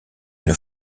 une